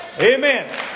Amen